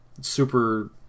super